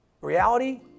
Reality